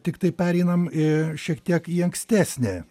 tiktai pereinam į šiek tiek į ankstesnį